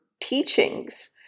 teachings